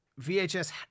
VHS